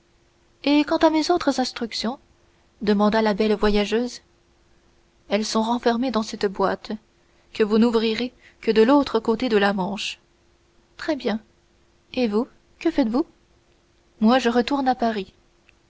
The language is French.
et quant à mes autres instructions demanda la belle voyageuse elles sont renfermées dans cette boîte que vous n'ouvrirez que de l'autre côté de la manche très bien et vous que faites-vous moi je retourne à paris